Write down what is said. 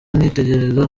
nitegereza